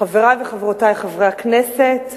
חברי וחברותי חברי הכנסת,